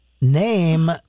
Name